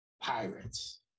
Pirates